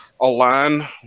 align